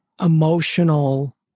emotional